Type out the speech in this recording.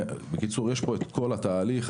יש פה את כל התהליך.